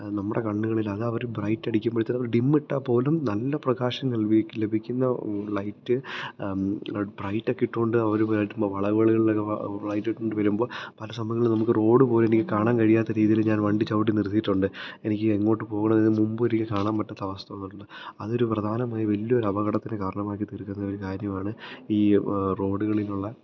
നമ്മുടെ കണ്ണുകളില് അതവര് ബ്രൈറ്റടിക്ക്മ്പഴത്തേന് അതൊരു ഡിമ്മിട്ടാൽ പോലും നല്ല പ്രകാശം അ ലഭിക്കുന്ന ലൈറ്റ് ബ്രൈറ്റൊക്കെ ഇട്ടോണ്ട് അവര് വരുമ്പം വളവ് വളവുകളിലൊക്കേ വ ബ്രൈറ്റിട്ടോണ്ട് വരുമ്പോൾ പല സമയങ്ങളിലും നമ്മളിപ്പോൾ റോഡ് പോലും എനിക്ക് കാണാന് കഴിയാത്ത രീതിയിൽ ഞാന് വണ്ടി ചവിട്ടി നിർത്തിയിട്ടുണ്ട് എനിക്ക് എങ്ങോട്ട് പോകണവെന്ന് മുമ്പൊരിക്കെ കാണാന് പറ്റാത്ത അവസ്ഥ വന്നിട്ടുണ്ട് അതൊരു പ്രധാനമായി വലിയൊരു അപകടത്തിന് കാരണമാക്കി തീർക്കുന്ന ഒരു കാര്യമാണ് ഈ റോഡുകളിലുള്ള